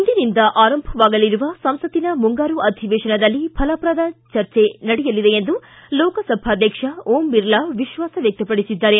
ಇಂದಿನಿಂದ ಆರಂಭವಾಗಲಿರುವ ಸಂಸತ್ತಿನ ಮುಂಗಾರು ಅಧಿವೇಶನದಲ್ಲಿ ಫಲಪ್ರದ ಚರ್ಚೆ ನಡೆಯಲಿದೆ ಎಂದು ಲೋಕಸಭಾಧ್ಯಕ್ಷ ಓಂ ಬಿರ್ಲಾ ವಿಶ್ವಾಸ ವ್ಯಕ್ತಪಡಿಸಿದ್ದಾರೆ